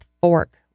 Fork